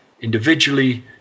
individually